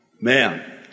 Man